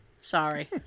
Sorry